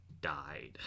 died